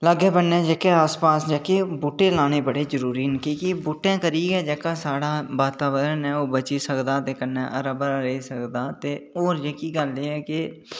लाग्गै बन्ने आस्सै पास्सै जेह्के बूहटे लाने बडे जरूरी न क्योंकि बूहटे करी गै जेह्का साढ़ा वातावरण ऐ ओह् बची सकदा ऐ कन्नै हरा बरा रेही सकदा और जेह्की गल्ल ऐ है कि